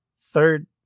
Third